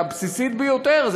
הבסיסית ביותר?